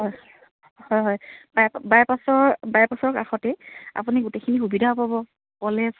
হয় হয় হয় বাইপাছৰ বাইপাছৰ কাষতেই আপুনি গোটেইখিনি সুবিধাও পাব কলেজ